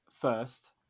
first